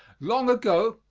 long ago,